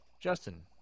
Justin